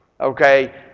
okay